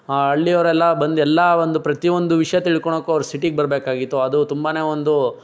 ಹಳ್ಳಿಯವರೆಲ್ಲ ಬಂದು ಎಲ್ಲ ಒಂದು ಪ್ರತಿಯೊಂದು ವಿಷಯ ತಿಳ್ಕೊಳಕ್ಕೂ ಅವ್ರು ಸಿಟಿಗೆ ಬರಬೇಕಾಗಿತ್ತು ಅದು ತುಂಬ ಒಂದು